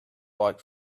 like